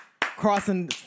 crossing